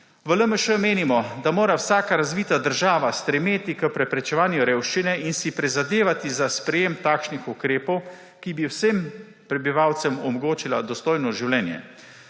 V LMŠ menimo, da mora vsaka razvita država stremeti k preprečevanju revščine in si prizadevati za sprejem takšnih ukrepov, ki bi vsem prebivalcem omogočila dostojno življenje.